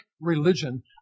religion